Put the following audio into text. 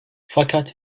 fakat